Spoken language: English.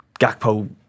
Gakpo